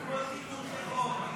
חברי הכנסת: